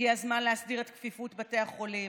הגיע הזמן להסדיר את כפיפות בתי החולים,